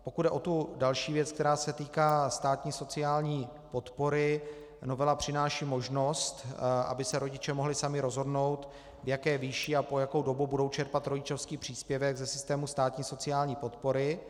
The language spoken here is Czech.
Pokud jde o tu další věc, která se týká státní sociální podpory, novela přináší možnost, aby se rodiče mohli sami rozhodnout, v jaké výši a po jakou dobu budou čerpat rodičovský příspěvek ze systému státní sociální podpory.